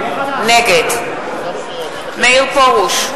נגד מאיר פרוש,